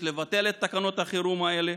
יש לבטל את תקנות החירום האלה.